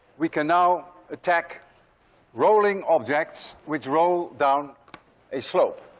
we can now attack rolling objects which roll down a slope.